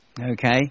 okay